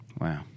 wow